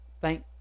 thank